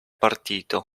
partito